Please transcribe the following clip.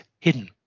hidden